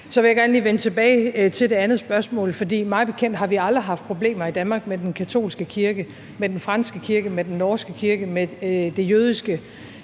Så vil jeg gerne lige vende tilbage til det andet spørgsmål. For mig bekendt har vi aldrig haft problemer i Danmark med den katolske kirke, med den franske kirke, med den norske kirke, med det jødiske